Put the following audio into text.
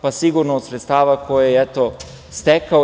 Pa, sigurno od sredstava koje je eto stekao.